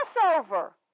Passover